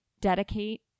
dedicate